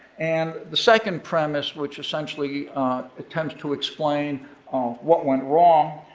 and the second premise, which essentially tends to explain um what went wrong,